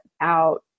out